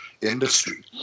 industry